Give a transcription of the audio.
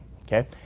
okay